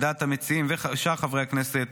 לדעת המציעים ושאר חברי הכנסת,